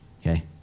Okay